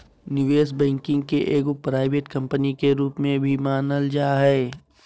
निवेश बैंकिंग के एगो प्राइवेट कम्पनी के रूप में भी मानल जा हय